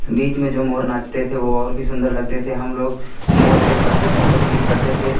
बीच में जो मोर नाचते थे वो और भी सुन्दर लगते थे हम लोग मौर के साथ भी फोटो क्लिक करते थे